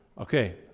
Okay